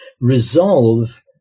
resolve